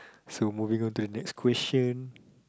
so moving on to a next question